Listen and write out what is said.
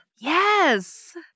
Yes